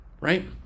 right